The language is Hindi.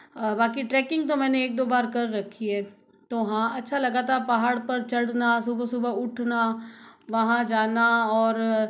बाकी ट्रैकिंग तो मैंने एक दो बार कर रखी है तो हाँ अच्छा लगा था पहाड़ पर चढ़ना सुबह सुबह उठना वहाँ जाना और